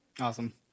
Awesome